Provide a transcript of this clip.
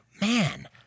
man